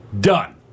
Done